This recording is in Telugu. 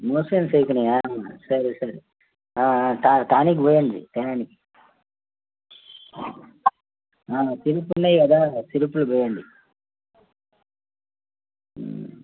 మోషన్స్ అయితున్నయా సరే సరే టానిక్ పోయండి టైంకి తిరుపు ఉన్నాయి కదా సిరుపులు వేయండి